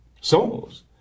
souls